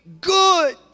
good